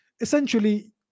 Essentially